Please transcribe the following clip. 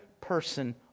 person